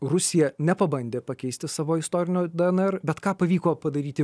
rusija nepabandė pakeisti savo istorinio dnr bet ką pavyko padaryti